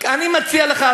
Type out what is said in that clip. אני מציע לך,